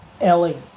Ellie